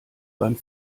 beim